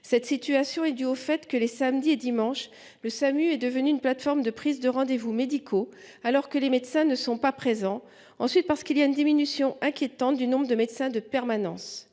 de plusieurs facteurs. D'abord, les samedis et dimanches, le Samu est devenu une plateforme de prise de rendez-vous médicaux alors que les médecins ne sont pas présents. Ensuite, on constate une diminution inquiétante du nombre de médecins de permanence.